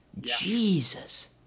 Jesus